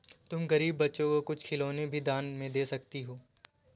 तुम गरीब बच्चों को कुछ खिलौने भी दान में दे सकती हो